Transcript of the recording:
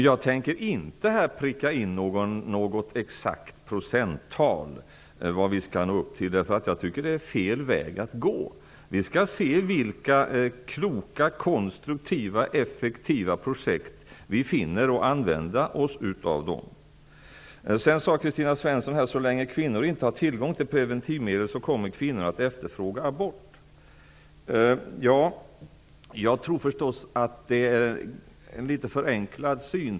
Jag tänker inte här pricka in något exakt procenttal när det gäller det som vi skall nå upp till. Det är fel väg att gå. Vi skall se efter vilka kloka, konstruktiva effektiva projekt som vi finner lämpliga. Kristina Svensson sade att så länge kvinnor inte har tillgång till preventivmedel kommer kvinnor att efterfråga abort. Jag tror att detta är en litet för förenklad syn.